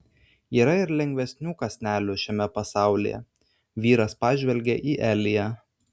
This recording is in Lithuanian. yra ir lengvesnių kąsnelių šiame pasaulyje vyras pažvelgia į eliją